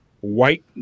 white